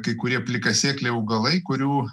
kai kurie plikasėkliai augalai kurių